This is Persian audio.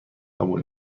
قبول